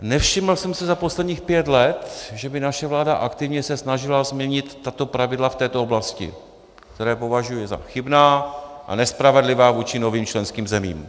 Nevšiml jsem si za posledních pět let, že by naše vláda se aktivně snažila změnit tato pravidla v této oblasti, která považuji za chybná a nespravedlivá vůči novým členským zemím.